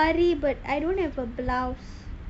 I want to wear saree but I don't have the blouse